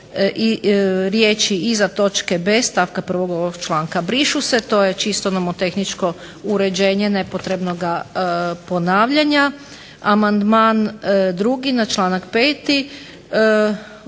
riječi iza točke B stavka 1. ovog članka brišu se. To je čisto nomotehničko uređenje nepotrebnoga ponavljanja. Amandman drugi na članak 5.